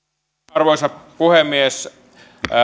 arvoisa puhemies